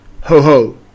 ho-ho